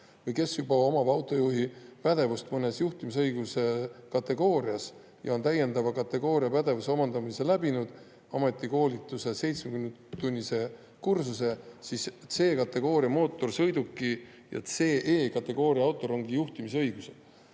või kes juba omab autojuhi pädevust mõnes juhtimisõiguse kategoorias ja on täiendava kategooria pädevuse omandamisel läbinud ametikoolituse 70‑tunnise kursuse: 1) C-kategooria mootorsõiduki ja CE-kategooria autorongi juhtimisõiguse;